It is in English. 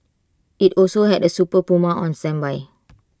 IT also had A super Puma on standby